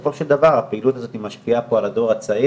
בסופו של דבר הפעילות הזאת משפיעה פה על הדור הצעיר.